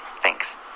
Thanks